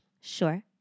Sure